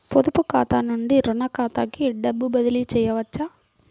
పొదుపు ఖాతా నుండీ, రుణ ఖాతాకి డబ్బు బదిలీ చేయవచ్చా?